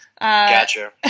Gotcha